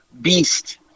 Beast